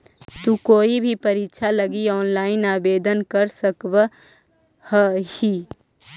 तु कोई भी परीक्षा लगी ऑनलाइन आवेदन कर सकव् हही